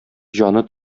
җаны